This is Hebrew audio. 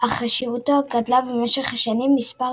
אך חשיבותו גדלה במשך השנים; מספר